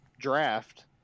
draft